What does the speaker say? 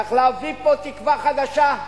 צריך להביא פה תקווה חדשה,